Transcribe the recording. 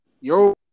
Yo